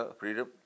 freedom